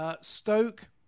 Stoke